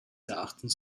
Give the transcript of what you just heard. erachtens